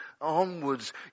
onwards